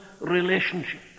relationship